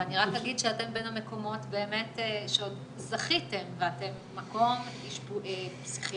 ואני רק אגיד שאתם בין המקומות באמת שעוד זכיתם ואתם מקום פסיכיאטרי,